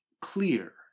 clear